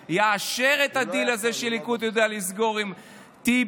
שיאשר את הדיל הזה שהליכוד יודע לסגור עם טיבי.